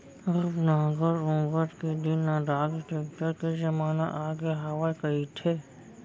अब नांगर ऊंगर के दिन नंदागे, टेक्टर के जमाना आगे हवय कहिथें